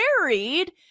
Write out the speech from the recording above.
married